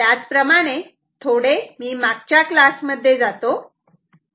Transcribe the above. त्याचप्रमाणे थोडे मी मागच्या क्लासमध्ये जातो